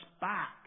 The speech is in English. back